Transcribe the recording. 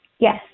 Yes